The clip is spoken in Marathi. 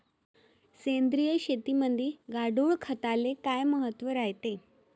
सेंद्रिय शेतीमंदी गांडूळखताले काय महत्त्व रायते?